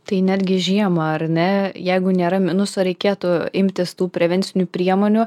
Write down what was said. tai netgi žiemą ar ne jeigu nėra minuso reikėtų imtis tų prevencinių priemonių